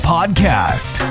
Podcast